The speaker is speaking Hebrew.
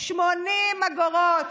80 אגורות.